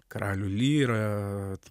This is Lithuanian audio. karalių lyrą